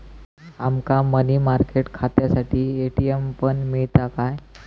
आमका money market खात्यासाठी ATM पण मिळता काय?